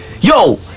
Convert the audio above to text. Yo